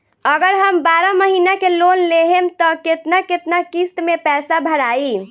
अगर हम बारह महिना के लोन लेहेम त केतना केतना किस्त मे पैसा भराई?